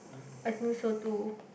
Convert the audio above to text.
I think so too